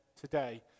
today